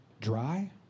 dry